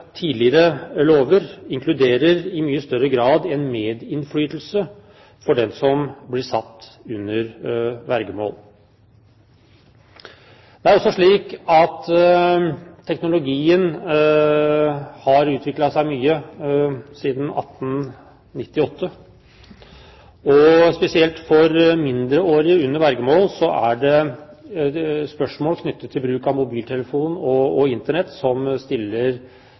tidligere lover en medinnflytelse for dem som blir satt under vergemål. Det er også slik at teknologien har utviklet seg mye siden 1898, og spesielt for mindreårige under vergemål er det spørsmål knyttet til bruk av mobiltelefon og Internett som stiller